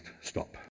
stop